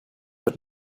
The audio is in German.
wird